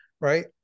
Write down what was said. right